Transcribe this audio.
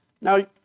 Now